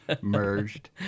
merged